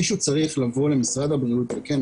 מישהו צריך לבוא למשרד הבריאות וכן,